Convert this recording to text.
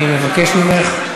תתבייש לך.